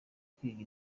kwiga